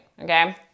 okay